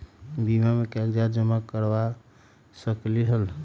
बीमा में कागज जमाकर करवा सकलीहल?